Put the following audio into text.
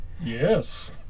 Yes